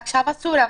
עכשיו אסור.